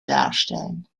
darstellen